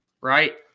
right